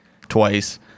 twice